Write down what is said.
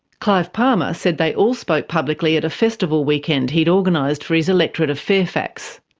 clive palmer said they all spoke publicly at a festival weekend he'd organised for his electorate of fairfax.